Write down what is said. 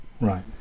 Right